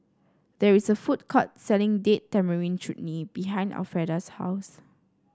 there is a food court selling Date Tamarind Chutney behind Alfreda's house